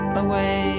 away